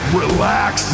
relax